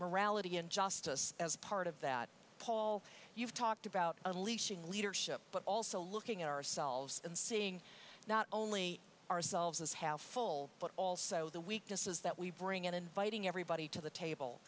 morality and justice as part of that paul you've talked about unleashing leadership but also looking at ourselves and seeing not only ourselves as half full but also the weaknesses that we bring and inviting everybody to the table